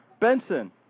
Benson